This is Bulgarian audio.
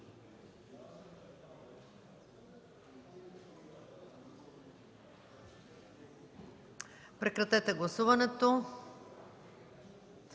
Прекратете гласуването.